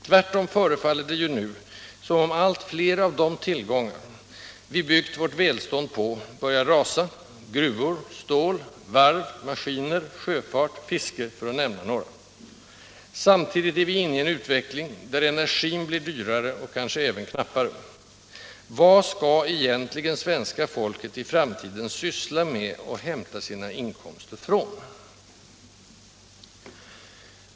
Tvärtom förefaller det ju nu som om allt flera av de tillgångar vi byggt vårt välstånd på börjar rasa: gruvor, stål, varv, maskiner, sjöfart, fiske, för att nämna några. Samtidigt är: vi inne i en utveckling där energin blir dyrare och kanske även knappare. Vad skall egentligen svenska folket i framtiden syssla med och hämta sina inkomster från?